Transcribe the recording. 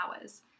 hours